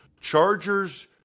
Chargers